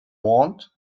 want